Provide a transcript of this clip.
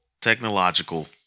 Technological